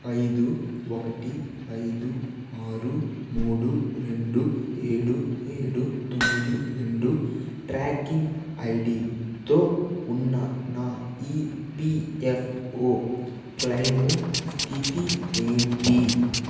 ఐదు ఒకటి ఐదు ఆరు మూడు రెండు ఏడు ఏడు తొమ్మిది రెండు ట్రాకింగ్ ఐడితో ఉన్న నా ఈపీఎఫ్ఓ క్లెయిము స్థితి ఏంటి